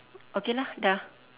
okay lah dah